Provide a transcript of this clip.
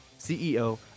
CEO